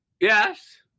Yes